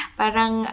parang